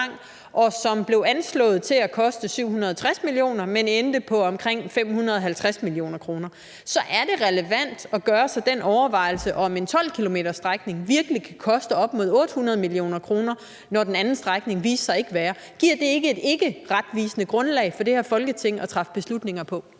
lang, blev anslået til at koste 760 mio. kr., men endte på omkring 550 mio. kr., så er det relevant at gøre sig den overvejelse, om en 12-kilometerstrækning virkelig kan koste op mod 800 mio. kr., når den anden strækning viste sig ikke at blive så dyr. Giver det ikke et ikkeretvisende grundlag for det her Folketing at træffe beslutninger på?